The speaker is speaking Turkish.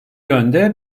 yönde